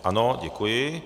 Ano, děkuji.